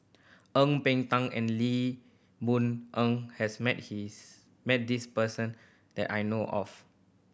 Ang Peng Tiam and Lee Boon Ngan has met his met this person that I know of